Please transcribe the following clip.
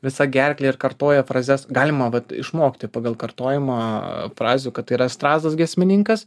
visa gerkle ir kartoja frazes galima vat išmokti pagal kartojimą frazių kad tai yra strazdas giesmininkas